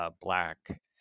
Black